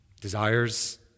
Desires